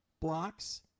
blocks